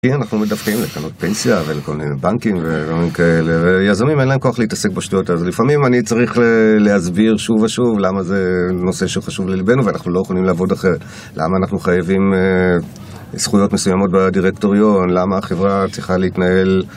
אנחנו מדווחים לקרנות פנסיה ולקרנות בנקים ולדברים כאלה ויזמים, אין להם כוח להתעסק בשטויות אז לפעמים אני צריך להסביר שוב ושוב למה זה נושא שהוא חשוב ללבנו ואנחנו לא יכולים לעבוד אחרת למה אנחנו חייבים זכויות מסוימות בדירקטוריון, למה החברה צריכה להתנהל